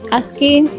asking